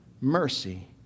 mercy